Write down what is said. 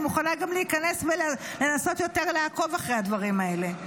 אני מוכנה גם להיכנס ולנסות יותר לעקוב אחרי הדברים האלה.